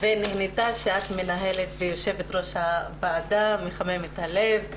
לראות שאת מנהלת ויושבת בראש הוועדה זה מחמם את הלב.